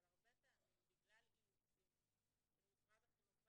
אבל הרבה פעמים בגלל אילוצים של משרד החינוך,